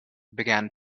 began